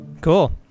cool